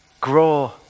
grow